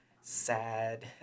sad